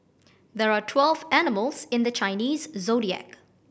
there are twelve animals in the Chinese Zodiac